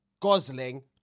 Gosling